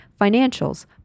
Financials